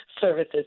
services